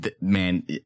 man